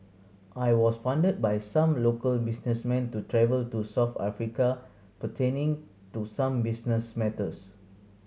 I was funded by some local businessmen to travel to South Africa pertaining to some business matters